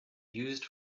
used